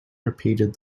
repeated